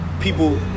People